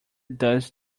does